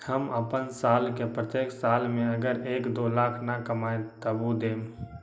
हम अपन साल के प्रत्येक साल मे अगर एक, दो लाख न कमाये तवु देम?